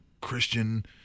Christian